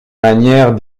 manière